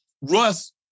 Russ